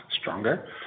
stronger